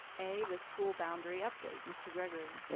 a, the school boundary update. mr. gregory. yes,